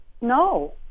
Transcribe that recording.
No